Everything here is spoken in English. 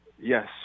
Yes